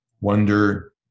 wonder